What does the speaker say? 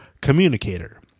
communicator